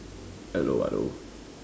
hello hello